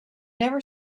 never